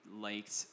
liked